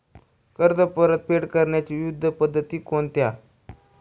कर्ज परतफेड करण्याच्या विविध पद्धती कोणत्या?